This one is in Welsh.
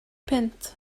punt